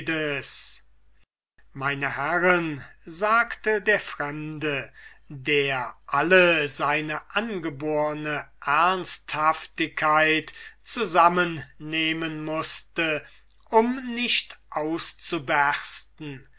meine herren sagte der fremde der alle seine angeborne ernsthaftigkeit zusammennehmen mußte um nicht